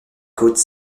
côte